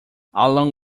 along